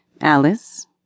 Alice